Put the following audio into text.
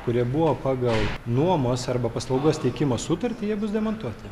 kurie buvo pagal nuomos arba paslaugos tiekimo sutartį jie bus demontuoti